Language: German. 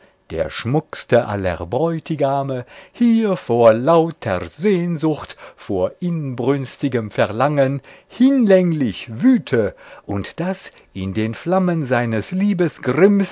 der schmuckste aller bräutigame hier vor lauter sehnsucht vor inbrünstigem verlangen hinlänglich wüte und daß in den flammen seines